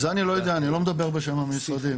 אני לא יודע, אני לא מדבר בשם המשרדים.